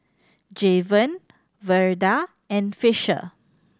Javen Verda and Fisher